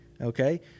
okay